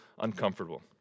uncomfortable